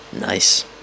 Nice